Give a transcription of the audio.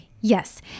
Yes